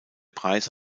preis